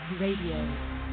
Radio